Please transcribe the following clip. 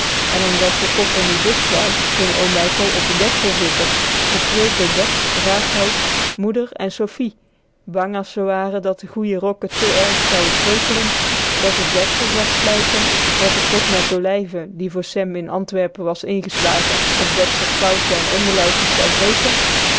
en omdat de koffer niet dicht wou ging oom mijkel op t deksel zitten beschreeuwd door bets rachel moeder en sofie bang as ze waren dat de goeie rokken te erreg zouen kreukelen dat t deksel zou splijten dat de pot met olijven die voor sem in antwerpen was ingeslagen op bets r kousen en onderlijfies zou breken